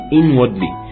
inwardly